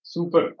Super